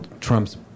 Trump's